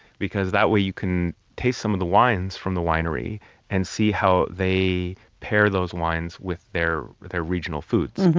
that way you can taste some of the wines from the winery and see how they pair those wines with their with their regional foods,